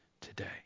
today